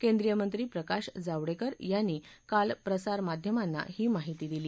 केंद्रीय मंत्री प्रकाश जावडेकर यांनी काल प्रसारमाध्यमांना ही माहिती दिली